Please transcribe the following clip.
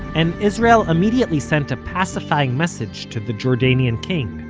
and israel immediately sent a pacifying message to the jordanian king,